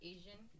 Asian